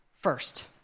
first